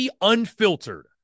Unfiltered